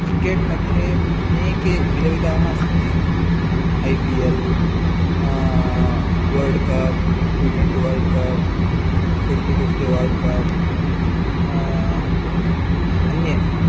cricket मध्ये अनेके विधविधाः सन्ति IPL world cup T twenty world cup fifty fifty world cup अन्ये